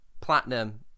platinum